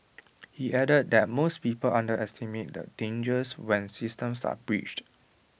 he added that most people underestimate the dangers when systems are breached